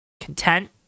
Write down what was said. content